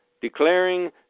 declaring